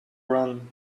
run